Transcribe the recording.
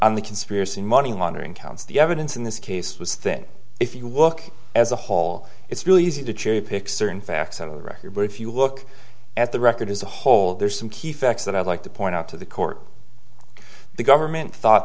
on the conspiracy money laundering counts the evidence in this case was thin if you look as a whole it's really easy to cherry pick certain facts out of the record but if you look at the record as a whole there's some key facts that i'd like to point out to the court the government thought